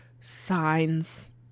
signs